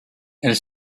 elles